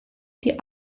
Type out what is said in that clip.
die